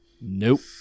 nope